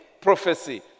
prophecy